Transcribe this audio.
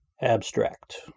Abstract